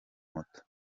moto